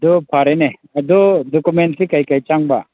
ꯑꯗꯣ ꯐꯔꯦꯅꯦ ꯑꯗꯣ ꯗꯣꯀꯨꯃꯦꯟꯗꯤ ꯀꯔꯤ ꯀꯔꯤ ꯆꯪꯕ